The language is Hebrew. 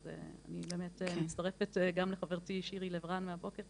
אז אני באמת מצטרפת גם לחברתי שירי לב רן מהבוקר,